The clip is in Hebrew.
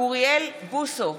אוריאל בוסו,